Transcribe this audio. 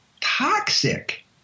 toxic